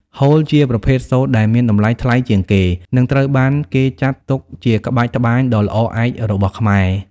ហូល ជាប្រភេទសូត្រដែលមានតម្លៃថ្លៃជាងគេ និងត្រូវបានគេចាត់ទុកជាក្បាច់ត្បាញដ៏ល្អឯករបស់ខ្មែរ។